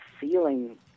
feeling